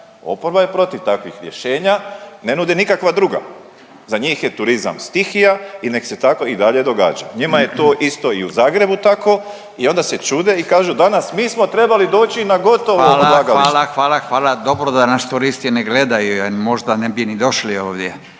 Oporba je protiv takvih rješenja, ne nude nikakva druga, za njih je turizam stihija i nek se tako i dalje događa, njima je to isto i u Zagrebu tako i onda se čude i kažu danas mi smo trebali doći na gotovo odlagalište. **Radin, Furio (Nezavisni)** Hvala, hvala, hvala, hvala, dobro da nas turisti ne gledaju jer možda ne bi ni došli ovdje